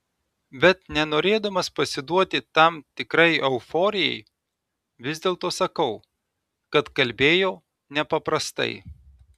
bet nenorėdamas pasiduoti tam tikrai euforijai vis dėlto sakau kad kalbėjo nepaprastai